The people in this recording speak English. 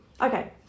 Okay